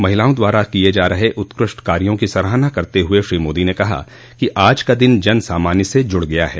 महिलाओं द्वारा किये जा रहे उत्कृष्ट कार्यों की सराहना करते हुये श्री मोदी ने कहा कि आज का दिन जन सामान्य से जुड़ गया है